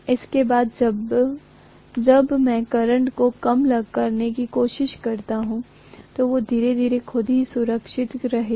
उसके बाद जब मैं करंट को कम करने की कोशिश कर रहा हूं तो वे धीरे धीरे खुद को सुरेखित करने जा रहे हैं